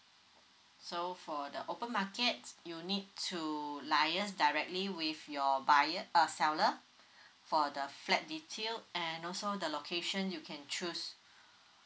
so for the offer market you need to liaise directly with your buyer err seller for the flat detail and also the location you can choose